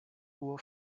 uhr